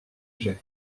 j’ai